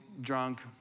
drunk